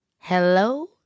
Hello